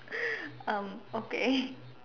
um okay